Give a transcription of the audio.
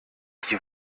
die